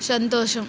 సంతోషం